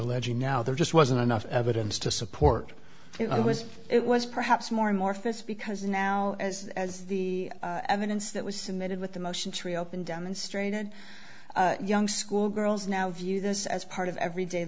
alleging now there just wasn't enough evidence to support it was it was perhaps more and more fierce because now as as the evidence that was submitted with the motion to reopen demonstrated young school girls now view this as part of everyday